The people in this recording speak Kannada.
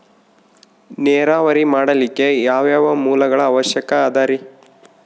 ನೇರಾವರಿ ಮಾಡಲಿಕ್ಕೆ ಯಾವ್ಯಾವ ಮೂಲಗಳ ಅವಶ್ಯಕ ಅದರಿ?